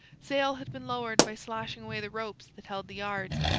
sail had been lowered by slashing away the ropes that held the yards.